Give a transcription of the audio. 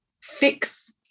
fix